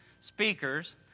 speakers